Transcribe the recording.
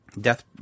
Death